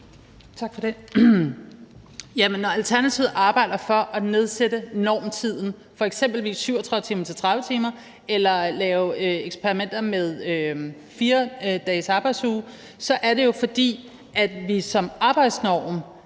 Tak for det.